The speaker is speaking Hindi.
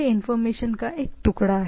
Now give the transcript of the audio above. तोइंफॉर्मेशन का एक टुकड़ा है